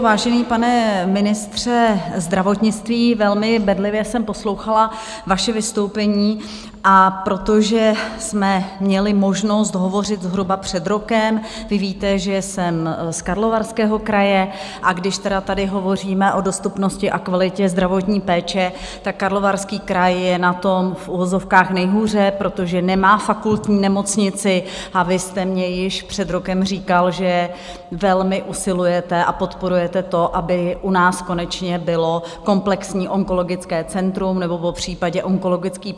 Vážený pane ministře zdravotnictví, velmi bedlivě jsem poslouchala vaše vystoupení, a protože jsme měli možnost hovořit zhruba před rokem, vy víte, že jsem z Karlovarského kraje, a když tady hovoříme o dostupnosti a kvalitě zdravotní péče, tak Karlovarský kraj je na tom v uvozovkách nejhůře, protože nemá fakultní nemocnici, a vy jste mně již před rokem říkal, že velmi usilujete a podporujete to, aby u nás konečně bylo komplexní onkologické centrum nebo popřípadě onkologický pavilon.